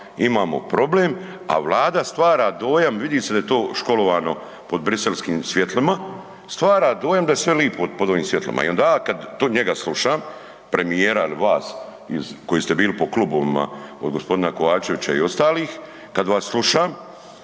imamo problem, a Vlada stvara dojam vidi se da je to školovano pod Bruxelleskim svjetlima, stvara dojam da je sve lipo pod ovom svjetlima i onda ja kad to njega slušam, premijera il vas koji ste bili po klubovima od gospodina Kovačevića i ostalih kad vas slušam